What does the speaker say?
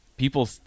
People